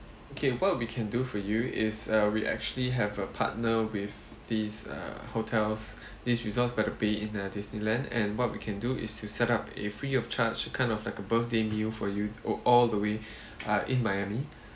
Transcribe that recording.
okay what we can do for you is uh we actually have a partner with these uh hotels these resorts by the bay in uh Disneyland and what we can do is to set up a free of charge it kind of like a birthday meal for you all~ all the way uh in miami